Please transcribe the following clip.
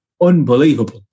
unbelievable